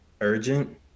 urgent